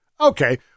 Okay